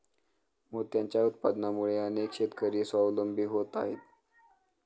मोत्यांच्या उत्पादनामुळे अनेक शेतकरी स्वावलंबी होत आहेत